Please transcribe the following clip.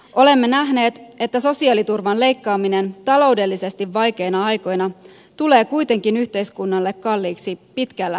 olemme nähneet että sosiaaliturvan leikkaaminen taloudellisesti vaikeina aikoina tulee kuitenkin yhteiskunnalle kalliiksi pitkällä aikavälillä